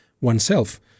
oneself